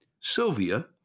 Sylvia